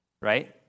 right